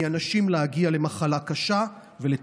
מאנשים להגיע למחלה קשה ולתמותה.